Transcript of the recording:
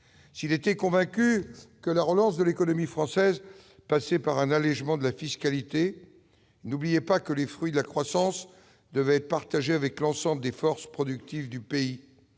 S'il était convaincu que la relance de l'économie française passait par un allégement de la fiscalité, il n'oubliait pas que les fruits de la croissance devaient être partagés avec l'ensemble des forces productives du pays.